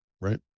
right